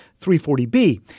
340B